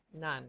None